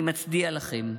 אני מצדיע לכם".